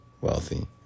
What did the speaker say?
wealthy